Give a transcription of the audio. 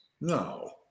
No